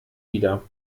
wieder